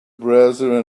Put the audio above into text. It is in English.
browser